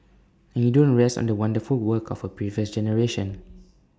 and you don't rest on the wonderful work of A previous generation